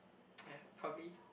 ya probably